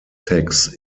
tax